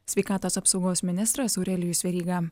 sveikatos apsaugos ministras aurelijus veryga